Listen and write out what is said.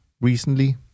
recently